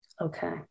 Okay